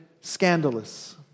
scandalous